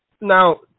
Now